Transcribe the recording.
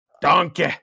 Donkey